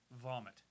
Vomit